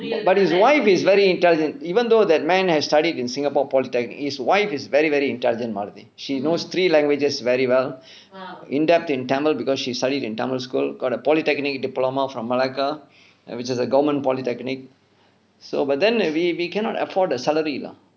but his wife is very intelligent even though that man has studied in singapore polytechnic his wife is very very intelligent malathi she knows three languages very well end up in tamil because she studied in tamil school got a polytechnic diploma from malacca and which is a common polytechnic so but then we we cannot afford the salary lah